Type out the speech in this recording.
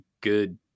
good